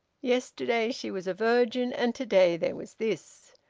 yesterday she was a virgin, and to-day there was this!